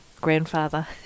grandfather